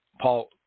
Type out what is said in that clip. Paul